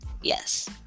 Yes